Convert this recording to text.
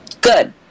Good